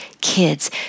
kids